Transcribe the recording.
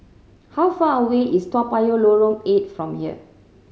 how far away is Toa Payoh Lorong Eight from here